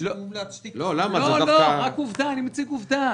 שמומלץ --- לא, אני רק מציג עובדה.